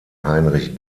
heinrich